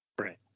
right